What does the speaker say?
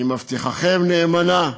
אני מבטיחכם נאמנה: